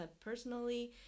personally